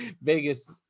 Vegas